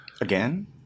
Again